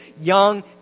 young